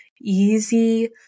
easy